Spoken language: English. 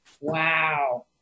Wow